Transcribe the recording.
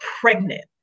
pregnant